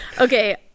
okay